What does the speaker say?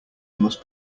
must